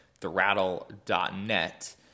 therattle.net